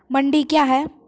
मंडी क्या हैं?